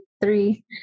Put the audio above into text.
three